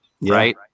right